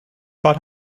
but